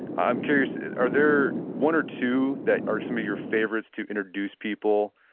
i'm curious, are there one or two that are some of your favorites to introduce people,